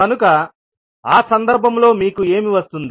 కనుక ఆ సందర్భంలో మీకు ఏమి వస్తుంది